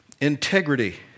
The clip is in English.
integrity